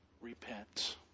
Repent